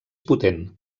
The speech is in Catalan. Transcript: potent